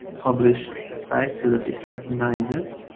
publish the site so that it recognizes.